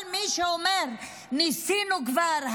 כל מי שאומר: ניסינו כבר,